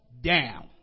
down